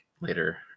later